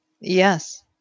Yes